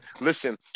Listen